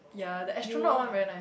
ya the astronaut one very nice